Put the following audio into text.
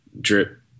drip